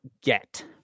get